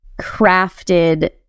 crafted